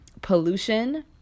pollution